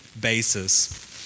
basis